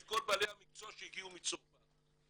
את כל בעלי המקצוע שהגיעו מצרפת.